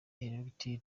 erectile